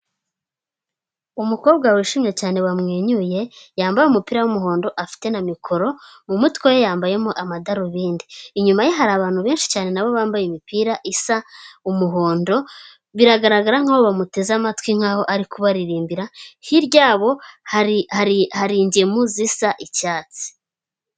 Umukobwa wishimye cyane bamwenyuye, yambaye umupira w'umuhondo afite na mikoro mumutwe we yambayemo amadarubindi inyuma ye hari abantu benshi cyane nabo bambaye imipira isa umuhondo biragaragara nkaho bamuteze amatwi nkaho ari kubaririmbira hiryabo hari ingemu zisa icyatsi.